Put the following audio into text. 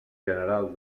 general